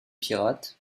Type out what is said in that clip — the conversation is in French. pirates